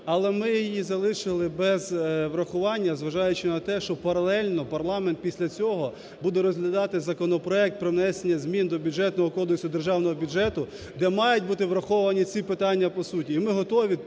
але ми її залишили без врахування, зважаючи на те, що паралельно парламент після цього буде розглядати законопроект про внесення змін до Бюджетного кодексу державного бюджету, де мають бути враховані ці питання по суті.